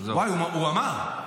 הוא לא אמר --- הוא אמר,